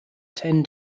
ten